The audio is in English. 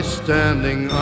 standing